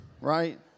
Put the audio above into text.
Right